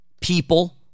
people